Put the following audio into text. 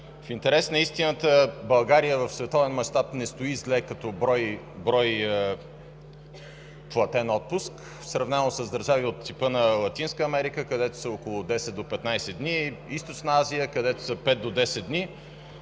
В интерес на истината България в световен мащаб не стои зле като брой платен отпуск в сравнение с държави от Латинска Америка, където са около 10 -– 15 дни, Източна Азия, където са 5 –10 дни.